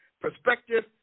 perspective